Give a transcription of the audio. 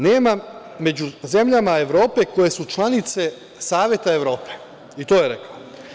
Nema među zemljama Evrope koje su članice Saveta Evrope“, i to je rekao.